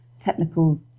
technical